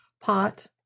pot